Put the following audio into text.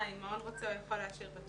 שאם מעון רוצה, הוא יכול לפתוח?